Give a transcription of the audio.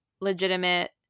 legitimate